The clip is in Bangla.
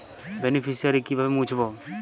বেনিফিসিয়ারি কিভাবে মুছব?